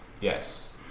Yes